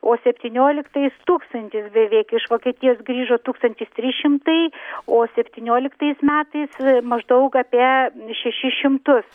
o septynioliktais tūkstantis beveik iš vokietijos grįžo tūkstantis trys šimtai o septynioliktais metais maždaug apie šešis šimtus